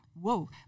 whoa